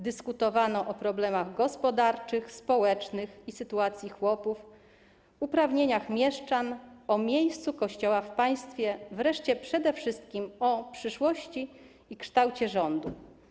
Dyskutowano o problemach gospodarczych, społecznych i sytuacji chłopów, uprawnieniach mieszczan, o miejscu Kościoła w państwie, wreszcie przede wszystkim o przyszłości i kształcie rządu.